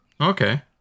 Okay